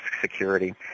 security